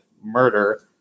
murder